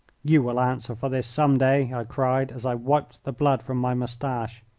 you will answer for this some day, i cried, as i wiped the blood from my moustache.